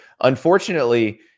unfortunately